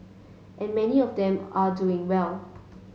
and many of them are doing well